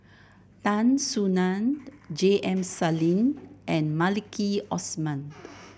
Tan Soo Nan J M Sali and Maliki Osman